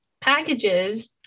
packages